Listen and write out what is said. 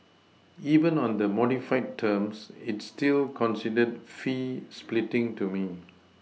even on the modified terms it's still considered fee splitting to me